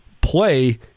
play